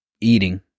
eating